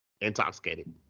Intoxicated